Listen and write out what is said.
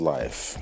life